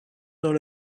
dans